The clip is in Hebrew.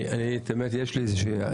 אני, האמת, יש לי איזה הערה.